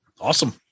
Awesome